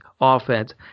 offense